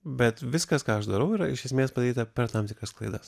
bet viskas ką aš darau yra iš esmės padaryta per tam tikras klaidas